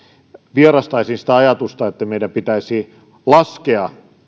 vierastaisin sitä ajatusta että meidän pitäisi laskea